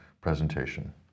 presentation